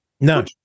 No